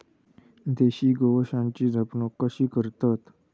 देशी गोवंशाची जपणूक कशी करतत?